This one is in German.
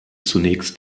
zunächst